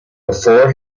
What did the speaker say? before